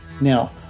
Now